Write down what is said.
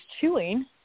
chewing